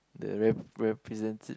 the rep~ represented